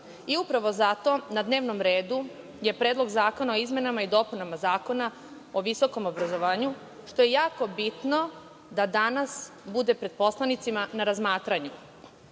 Upravo zato na dnevnom redu je Predlog zakona o izmenama i dopunama Zakona o visokom obrazovanju, što je jako bitno da danas bude pred poslanicima na razmatranju. Studenti